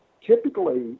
typically